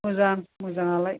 मोजां मोजाङालाय